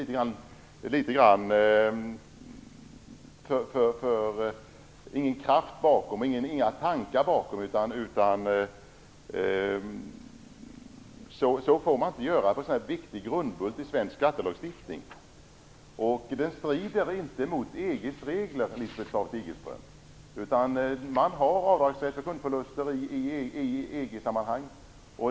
Det saknas kraft och tankar bakom ert ställningstagande. Så får man inte behandla en så viktig grundbult i svensk skattelagstiftning. Det strider inte mot EG:s regler, Lisbeth Staaf Igelström, utan man har avdragsrätt för grundförluster i EG-sammanhang.